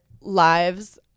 lives